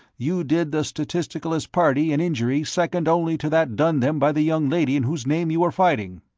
you did the statisticalist party an injury second only to that done them by the young lady in whose name you were fighting.